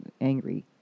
angry